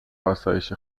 آسایش